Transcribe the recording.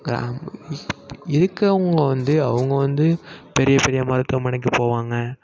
கிராம இருக்கிறவங்க வந்து அவங்கள் வந்து பெரிய பெரிய மருத்துவமனைக்குப் போவாங்க